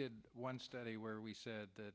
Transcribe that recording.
did one study where we said that